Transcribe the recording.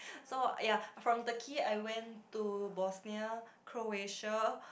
so uh ya from Turkey I went to Bosnia Croatia